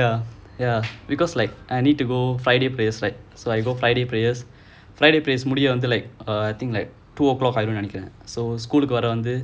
ya ya because like I need to go friday prayers like so like I go friday prayers friday prayers முடிய வந்து:mudiya vanthu until like err I think like two O clock ஆயிடும் நெனைக்கிறேன்:aayidum nenaikkiraen so school go down there